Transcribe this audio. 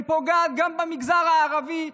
היא פוגעת גם במגזר הערבי,